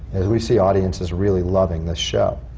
we see audiences really loving this show.